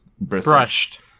Brushed